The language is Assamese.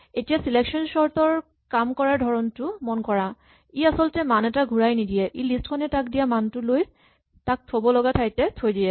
এতিয়া চিলেকচন চৰ্ট ৰ কাম কৰাৰ ধৰণটো মন কৰা ই আচলতে মান এটা ঘূৰাই নিদিয়ে ই লিষ্ট খনে তাক দিয়া মানটো লৈ তাক থ'ব লগা ঠাইত থৈ দিয়ে